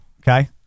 okay